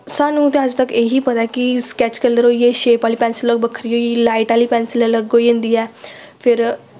सानूं ते अज्ज तक एह् ही पता ऐ कि स्कैच कलर होई गे शेप आह्ली पैंसल ओह् बक्खरी होई गेई लाईट आह्ली पैंसल अलग होई जंदी ऐ फिर